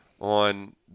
on